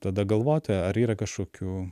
tada galvot ar yra kažkokių